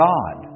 God